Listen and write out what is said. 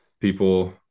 People